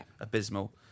abysmal